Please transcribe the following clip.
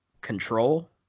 Control